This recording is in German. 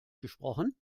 gesprochen